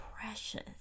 precious